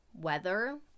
weather